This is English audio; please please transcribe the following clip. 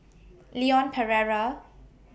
Leon Perera